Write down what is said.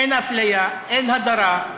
אין אפליה, אין הדרה.